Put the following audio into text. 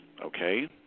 okay